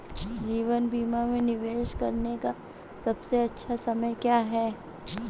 जीवन बीमा में निवेश करने का सबसे अच्छा समय क्या है?